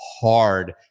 hard